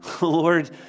Lord